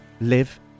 live